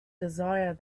desire